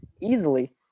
easily